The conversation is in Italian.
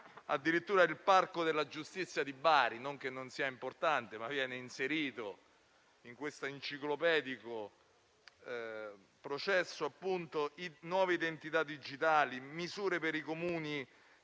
Addirittura il parco della giustizia di Bari - non che non sia importante - viene inserito in questo enciclopedico processo. Ci sono poi le nuove identità digitali, le misure per i Comuni